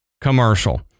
commercial